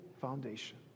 foundation